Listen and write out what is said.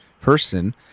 person